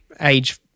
age